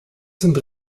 sind